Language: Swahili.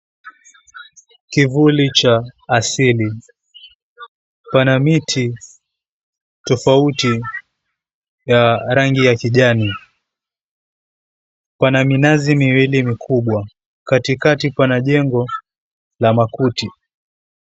Kivuli cha asili pana miti tofauti ya rangi ya kijani, pana minazi miwili mikubwa, katikati pana jengo la makuti.